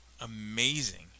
amazing